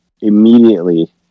immediately